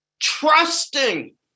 trusting